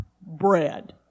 bread